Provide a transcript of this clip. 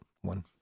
one